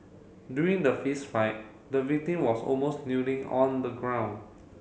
during the fist fight the victim was almost kneeling on the ground